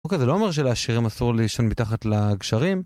אוקיי, זה לא אומר לעשירים אסור לישון מתחת לגשרים.